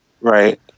Right